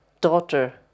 daughter